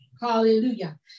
hallelujah